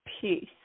Peace